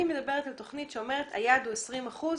אני מדברת על תוכנית שאומרת שהיעד הוא 20 אחוזים,